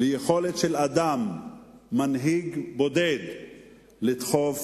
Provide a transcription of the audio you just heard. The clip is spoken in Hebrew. ליכולת של אדם-מנהיג בודד לדחוף,